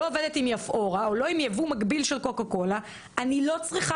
לא עובדת עם יפאורה או לא עם יבוא מקביל של קוקה קולה אני לא צריכה